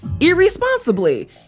Irresponsibly